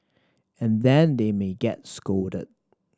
and then they may get scolded